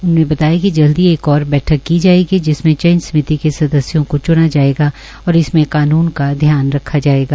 उन्होंने बताया कि जल्द ही एक ओर बैठक की जायेगी जिसमें चयन समिति के सदस्यों को च्ना जायेगा और इसमें कानून का ध्यान रखा जायेगा